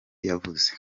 yavuze